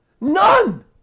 None